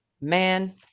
man